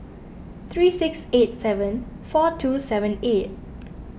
three six eight seven four two seven eight